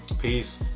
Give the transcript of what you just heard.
Peace